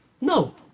No